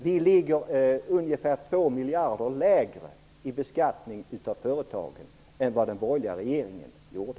Vi ligger ungefär 2 miljarder lägre i beskattning av företagen än vad den borgerliga regeringen gjorde.